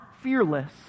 fearless